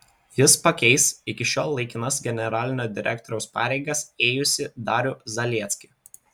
jis pakeis iki šiol laikinas generalinio direktoriaus pareigas ėjusį darių zaliecką